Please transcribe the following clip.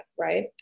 right